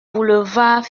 boulevard